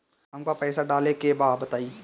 हमका पइसा डाले के बा बताई